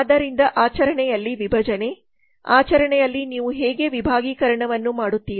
ಆದ್ದರಿಂದ ಆಚರಣೆಯಲ್ಲಿ ವಿಭಜನೆ ಆಚರಣೆಯಲ್ಲಿ ನೀವು ಹೇಗೆ ವಿಭಾಗೀಕರಣವನ್ನು ಮಾಡುತ್ತೀರಿ